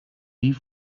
die